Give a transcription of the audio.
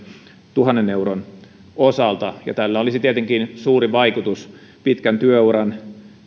tuhannen euron osalta ja tällä olisi tietenkin suuri vaikutus pitkän työuran